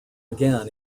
again